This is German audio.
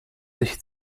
sich